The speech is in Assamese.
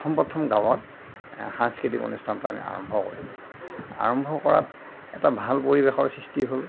প্ৰথম প্ৰথম গাৱঁত সাংস্কৃতিক অনুষ্ঠানটো আমি আৰম্ভ কৰিম আৰম্ভ কৰাত এটা ভাল পৰিৱেশৰ সৃষ্টি হ'ল